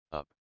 up